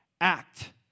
act